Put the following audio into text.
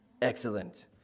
excellent